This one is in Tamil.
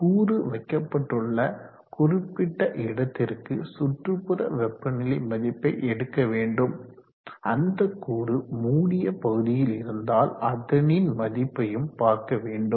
கூறு வைக்கப்பட்டுள்ள குறிப்பிட்ட இடத்திற்கு சுற்றுப்புற வெப்பநிலை மதிப்பை எடுக்க வேண்டும் அந்த கூறு மூடிய பகுதியில் இருந்தால் அதனின் மதிப்பையும் பார்க்க வேண்டும்